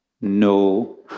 No